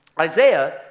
Isaiah